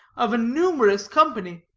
of a numerous company.